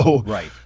Right